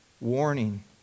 warning